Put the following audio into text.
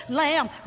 lamb